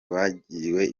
bagiriwe